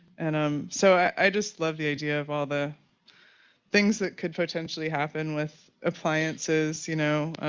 and um so i just love the idea of all the things that could potentially happen with appliances, you know,